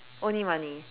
only money